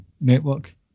network